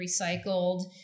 recycled